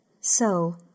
So